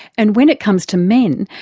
and when it comes to men,